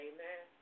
Amen